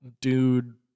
dude